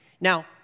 Now